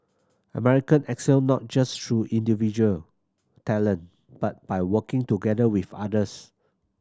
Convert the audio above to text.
America excel not just through individual talent but by working together with others